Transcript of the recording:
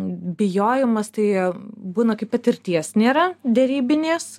bijojimas tai būna kai patirties nėra derybinės